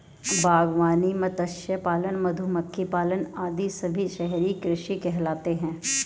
बागवानी, मत्स्य पालन, मधुमक्खी पालन आदि सभी शहरी कृषि कहलाते हैं